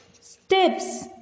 steps